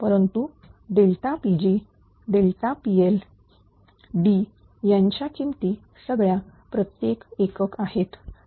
परंतु Pg PL D यांच्या किमती सगळ्या प्रत्येक एकक आहेत